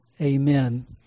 amen